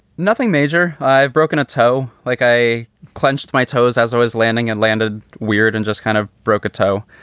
nothing major. i've broken a toe like i clenched my toes as i was landing and landed weird and just kind of broke a toe.